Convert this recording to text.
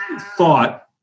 thought